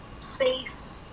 space